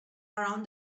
around